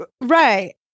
right